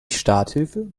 starthilfe